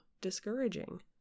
discouraging